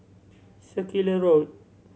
Circular Road